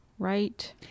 right